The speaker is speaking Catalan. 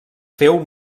féu